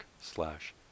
slash